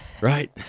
right